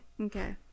Okay